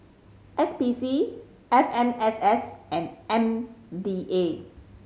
S P C F M S S and M D A